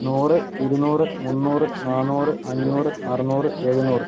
നൂറ് ഇരുന്നൂറ് മുന്നൂറ് നാന്നൂറ് അഞ്ഞൂറ് അറുന്നൂറ് എഴുന്നൂറ്